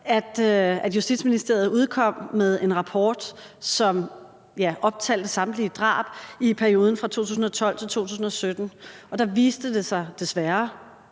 at Justitsministeriet udkom med en rapport, som optalte samtlige drab i perioden fra 2012-2017. Der viste det sig desværre,